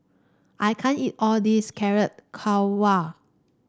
I can't eat all this Carrot Halwa